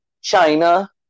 China